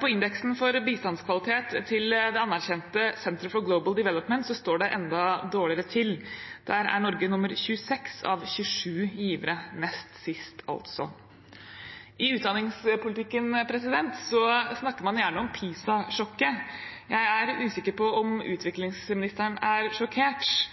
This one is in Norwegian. På indeksen for bistandskvalitet til det anerkjente Center for Global Development står det enda dårligere til. Der er Norge nummer 26 av 27 givere, nest sist altså. I utdanningspolitikken snakker man gjerne om PISA-sjokket. Jeg er usikker på om utviklingsministeren er sjokkert,